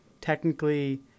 technically